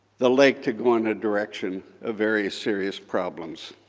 the lake to go in a direction of very serious problems.